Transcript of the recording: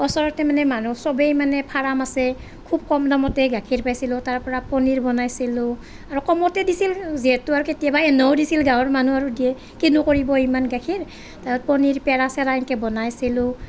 ওচৰতে মানে মানুহ চবেই মানে ফাৰ্ম আছে খুব কম দামতে গাখীৰ পাইছিলোঁ তাৰপৰা পনীৰ বনাইছিলোঁ আৰু কমতে দিছিল যিহেতু আৰু কেতিয়াবা এনেও দিছিল গাঁৱৰ মানুহ আৰু দিয়ে কিনো কৰিব ইমান গাখীৰ তাৰ পনীৰ পেৰা চেৰা এনেকে বনাইছিলোঁ